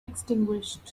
extinguished